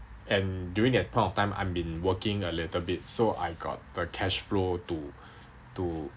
and during that point of time I've been working a little bit so I got the cash flow to to